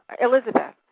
Elizabeth